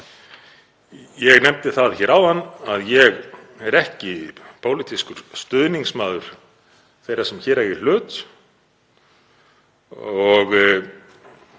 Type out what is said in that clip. Ég nefndi það hér áðan að ég er ekki pólitískur stuðningsmaður þeirra sem hér eiga í hlut. Ég